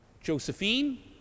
Josephine